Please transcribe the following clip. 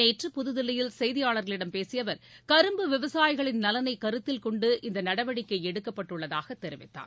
நேற்று புதுதில்லியில் செய்தியாளர்களிடம் பேசிய அவர் கரும்பு விவசாயிகளின் நலனை கருத்தில்கொண்டு இந்த நடவடிக்கை எடுக்கப்பட்டுள்ளதாக தெரிவித்தார்